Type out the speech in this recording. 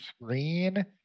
screen